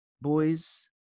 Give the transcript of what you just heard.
boys